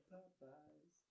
Popeyes